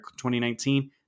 2019